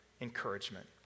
encouragement